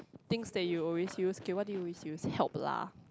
things that you always use okay what do you always use help lah